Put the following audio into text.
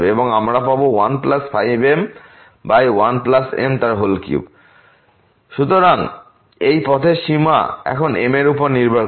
এবং আমরা পাব 15m1m3 সুতরাং এই পথের সীমা এখন m এর উপর নির্ভর করে